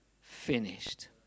finished